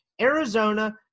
Arizona